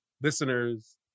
listeners